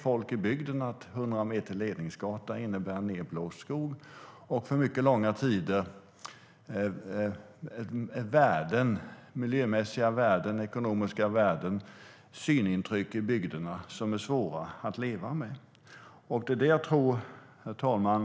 Folk i bygden vet att 100 meter ledningsgata innebär nedblåst skog och förändringar för långa tider av miljömässiga värden, ekonomiska värden och synintryck i bygderna som är svåra att leva med. Herr talman!